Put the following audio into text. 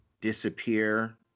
disappear